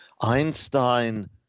Einstein